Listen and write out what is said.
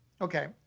Okay